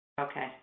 Okay